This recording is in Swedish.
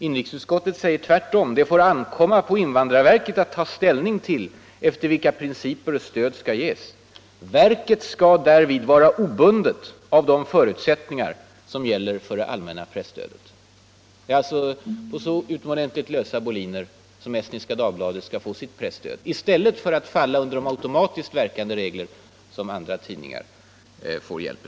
Inrikesutskottet säger tvärtom: ”Det får ankomma på invandrarverket att ta ställning till efter vilka principer stöd skall utges. Verket skall därvid vara obundet av de förutsättningar som gäller för det allmänna presstödet.” På så lösa boliner skall Estniska Dagbladet få sitt presstöd i stället för att falla under de automatiskt verkande regler enligt vilka andra tidningar får hjälp.